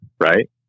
right